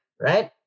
right